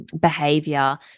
behavior